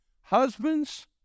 Husbands